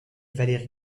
valérie